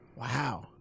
Wow